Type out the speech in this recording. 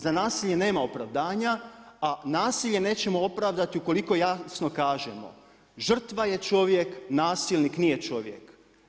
Za nasilje nema opravdanja, a nasilje nećemo opravdati ukoliko jasno kažemo, žrtva je čovjek, nasilnik nije čovjek.